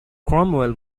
cromwell